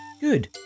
Good